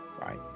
right